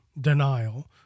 denial